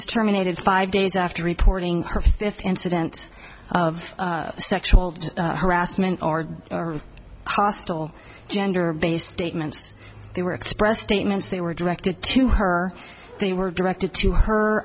was terminated five days after reporting her fifth incident of sexual harassment or hostile gender based statements they were expressed statements they were directed to her they were directed to her